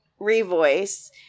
revoice